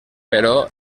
però